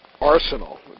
arsenal